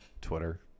Twitter